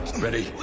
Ready